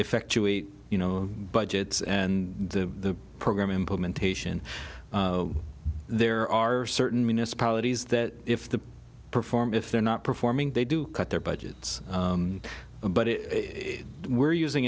effectuate you know budgets and the program implementation there are certain municipalities that if the perform if they're not performing they do cut their budgets but we're using